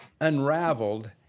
unraveled